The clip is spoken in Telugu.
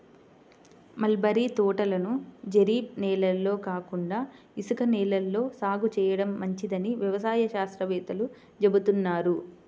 మలబరీ తోటలను జరీబు నేలల్లో కాకుండా ఇసుక నేలల్లో సాగు చేయడం మంచిదని వ్యవసాయ శాస్త్రవేత్తలు చెబుతున్నారు